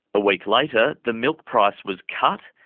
a week later the milk price was cut,